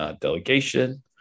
delegation